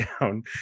down